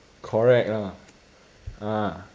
correct lah ah